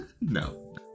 No